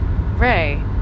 Ray